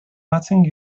matching